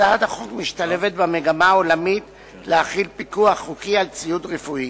הצעת החוק משתלבת במגמה העולמית להחיל פיקוח חוקי על ציוד רפואי.